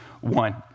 one